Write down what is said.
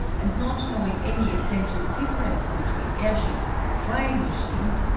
and not knowing any essential difference between airships and flying machines,